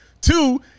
Two